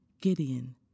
Gideon